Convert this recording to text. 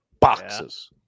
boxes